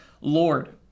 Lord